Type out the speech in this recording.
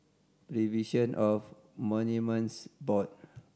Preservation of Monuments Board